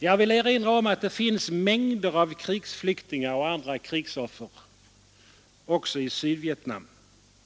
Jag vill erinra om att det finns mängder av krigsflyktingar och andra krigsoffer också i Sydvietnam.